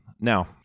Now